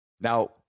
Now